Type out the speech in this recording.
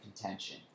contention